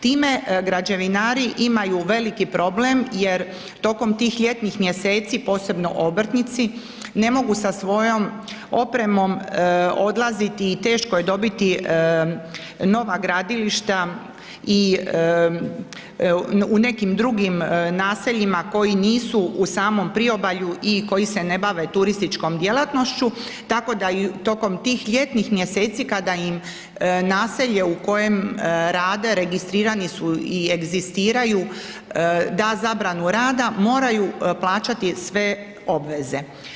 Time građevinari imaju veliki problem jer tokom tih ljetnih mjeseci, posebno obrtnici ne mogu sa svojom opremom odlaziti i teško je dobiti nova gradilišta i u nekim drugim naseljima koji nisu u samom priobalju i koji se ne bave turističkom djelatnošću, tako da tokom tih ljetnih mjeseci kada im naselje u kojem rade registrirani su i egzistiraju da zabranu rada moraju plaćati sve obveze.